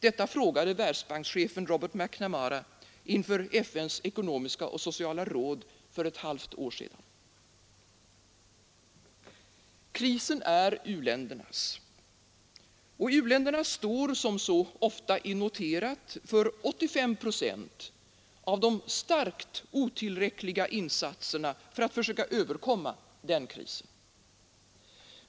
Det frågade Världsbankschefen Robert McNamara inför FN:s Ekonomiska och sociala råd för ett halvår sedan. Krisen är u-ländernas. Och de står, som så ofta är noterat, för 85 procent av de starkt otillräckliga insatserna för att söka överkomma krisen.